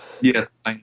Yes